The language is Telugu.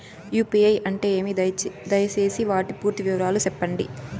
యు.పి.ఐ అంటే ఏమి? దయసేసి వాటి పూర్తి వివరాలు సెప్పండి?